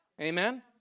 Amen